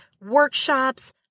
workshops